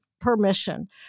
permission